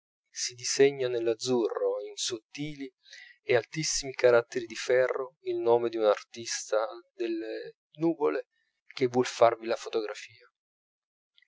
si disegna nell'azzurro in sottili e altissimi caratteri di ferro il nome d'un artista delle nuvole che vuol farvi la fotografia